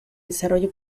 desarrollo